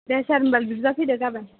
दे सार होनबा बिदिब्ला फैदो गाबोन